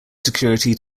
security